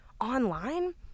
Online